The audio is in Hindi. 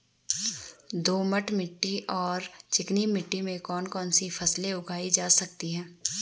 दोमट मिट्टी और चिकनी मिट्टी में कौन कौन सी फसलें उगाई जा सकती हैं?